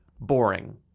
Boring